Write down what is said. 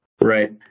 Right